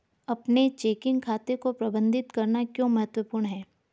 अपने चेकिंग खाते को प्रबंधित करना क्यों महत्वपूर्ण है?